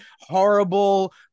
horrible